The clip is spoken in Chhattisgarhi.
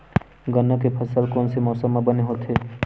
गन्ना के फसल कोन से मौसम म बने होथे?